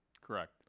Correct